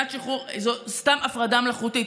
זו סתם הפרדה מלאכותית.